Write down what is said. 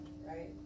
right